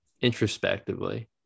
introspectively